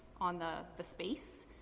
on the the space.